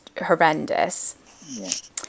horrendous